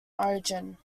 origin